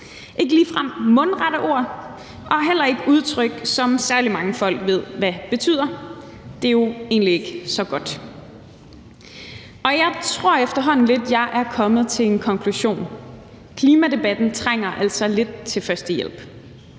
ikke ligefrem mundrette ord og heller ikke udtryk, som særlig mange folk ved hvad betyder. Det er jo egentlig ikke så godt. Og jeg tror efterhånden lidt, jeg er kommet til en konklusion: Klimadebatten trænger altså lidt til førstehjælp.